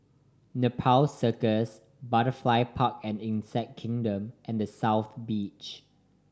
Nepal Circus Butterfly Park and Insect Kingdom and The South Beach